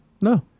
No